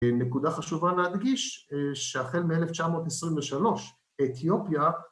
‫נקודה חשובה להדגיש, ‫שהחל מ-1923 אתיופיה,